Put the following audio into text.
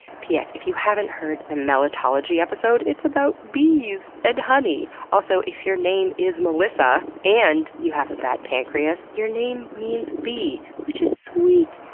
ps yeah if you haven't heard the melittology episode, it's about bees! and honey! also, if your name is melissa, and you have a bad pancreas, your name means bee, which is sweeet,